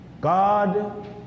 God